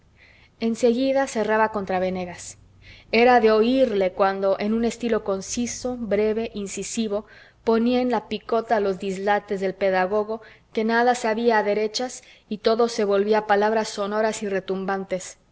seguida cerraba contra venegas era de oirle cuando en un estilo conciso breve incisivo ponía en la picota los dislates del pedagogo que nada sabía a derechas y todo se volvía palabras sonoras y retumbantes